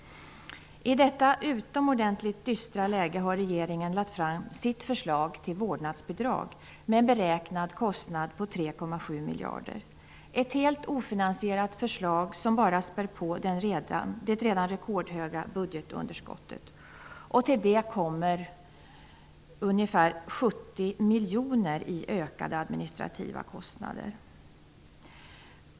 I detta utomordentligt dystra läge har regeringen lagt fram sitt förslag till vårdnadsbidrag med en beräknad kostnad på 3,7 miljarder. Det är ett helt ofinansierat förslag som bara spär på det redan rekordhöga budgetunderskottet. Till det kommer ungefär 70 miljoner i ökade administrativa kostnader.